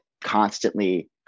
constantly